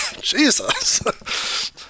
Jesus